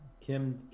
Kim